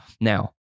Now